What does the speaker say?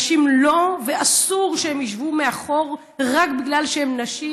הנשים לא ואסור שהן ישבו מאחור רק בגלל שהן נשים.